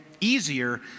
easier